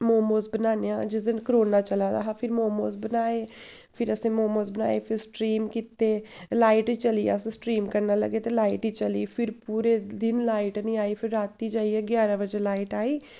मोमोस बनान्ने आं जिस दिन कोरोना चला दा हा फिर मोमोस बनाए फिर असें मोमोस बनाए फिर स्ट्रीम कीते लाइट गै चली अस स्ट्रीम करन लगे लाइट ई ई चली गेई पूरे दिन लाइट निं आई फिर राती जाइयै ञारां बजे आई